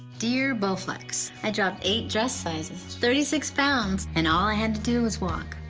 dear bowflex, i dropped eight dress sizes, thirty six pounds, and all i had to do was walk.